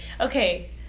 Okay